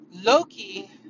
Loki